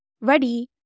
ready